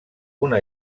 una